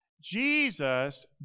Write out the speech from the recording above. Jesus